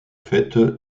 fait